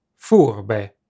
furbe